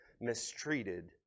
mistreated